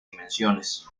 dimensiones